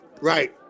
right